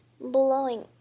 blowing